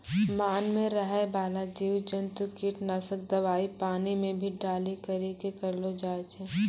मान मे रहै बाला जिव जन्तु किट नाशक दवाई पानी मे भी डाली करी के करलो जाय छै